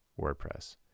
WordPress